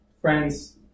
friends